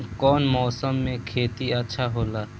कौन मौसम मे खेती अच्छा होला?